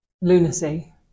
lunacy